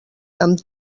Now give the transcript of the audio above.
amb